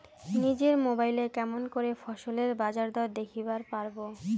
নিজের মোবাইলে কেমন করে ফসলের বাজারদর দেখিবার পারবো?